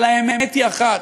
אבל האמת היא אחת: